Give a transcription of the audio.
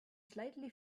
slightly